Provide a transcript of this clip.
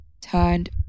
turned